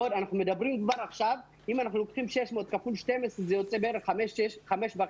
אם אנחנו לוקחים 600 כפול 12 זה יוצא בערך חמש וחצי.